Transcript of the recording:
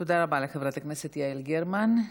תודה רבה לחברת הכנסת יעל גרמן.